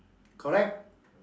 correct